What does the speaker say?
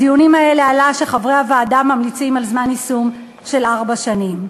בדיונים האלה עלה שחברי הוועדה ממליצים על זמן יישום של ארבע שנים.